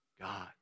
God